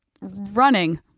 running